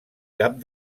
cap